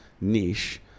niche